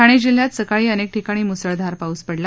ठाणे जिल्ह्यात सकाळी अनेक ठिकाणी म्सळधार पाऊस पडला